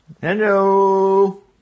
Hello